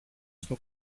στο